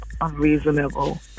unreasonable